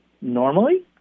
normally